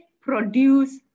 produce